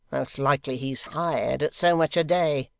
most likely he's hired, at so much a day.